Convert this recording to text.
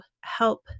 help